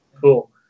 cool